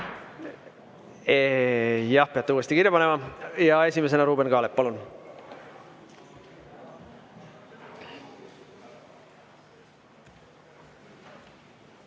Jah, peate uuesti kirja panema. Esimesena Ruuben Kaalep. Palun!